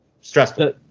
stressful